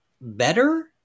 better